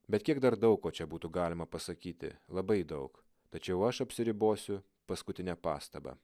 bet kiek dar daug ko čia būtų galima pasakyti labai daug tačiau aš apsiribosiu paskutine pastaba